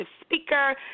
speaker